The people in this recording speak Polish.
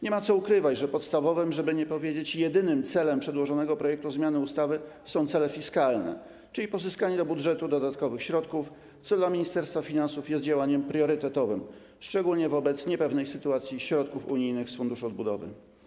Nie ma co ukrywać, że podstawowym - żeby nie powiedzieć: jedynym - celem przedłożonego projektu zmiany ustawy są cele fiskalne, czyli pozyskanie do budżetu dodatkowych środków, co dla Ministerstwa Finansów jest działaniem priorytetowym, szczególnie wobec niepewnej sytuacji środków unijnych z Funduszu Odbudowy.